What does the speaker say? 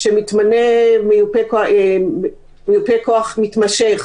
כשמתמנה מיופה כוח מתמשך